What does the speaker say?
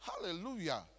Hallelujah